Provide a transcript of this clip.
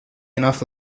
enough